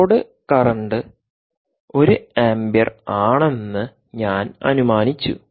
load current 1 ampere ആണെന്ന് ഞാൻ അനുമാനിച്ചു